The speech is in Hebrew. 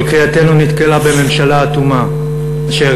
אבל קריאתנו נתקלה בממשלה אטומה אשר